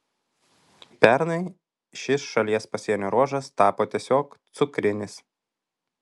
pernai šis šalies pasienio ruožas tapo tiesiog cukrinis